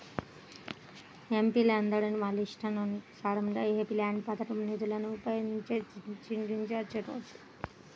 ఎంపీలందరూ వాళ్ళ ఇష్టానుసారం ఎంపీల్యాడ్స్ పథకం నిధులను ఉపయోగించుకోవచ్చు